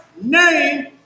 name